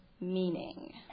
Meaning